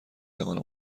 توانم